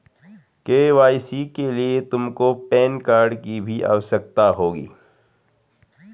KYC के लिए तुमको पैन कार्ड की भी आवश्यकता होगी